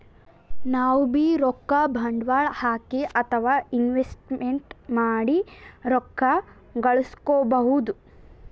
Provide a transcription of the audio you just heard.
ನಾವ್ಬೀ ರೊಕ್ಕ ಬಂಡ್ವಾಳ್ ಹಾಕಿ ಅಥವಾ ಇನ್ವೆಸ್ಟ್ಮೆಂಟ್ ಮಾಡಿ ರೊಕ್ಕ ಘಳಸ್ಕೊಬಹುದ್